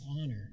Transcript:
honor